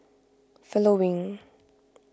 following